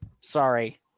sorry